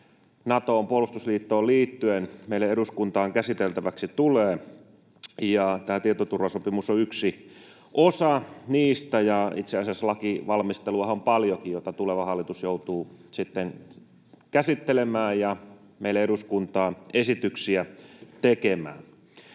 Natoon, puolustusliittoon liittyen meille eduskuntaan käsiteltäväksi tulee, ja tämä tietoturvasopimus on yksi osa sitä. Itse asiassa lakivalmisteluahan on paljonkin, jota tuleva hallitus joutuu sitten käsittelemään ja meille eduskuntaan esityksiä tekemään.